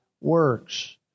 works